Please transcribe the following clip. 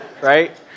right